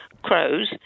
crows